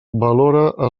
valora